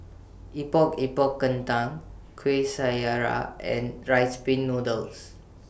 Epok Epok Kentang Kueh Syara and Rice Pin Noodles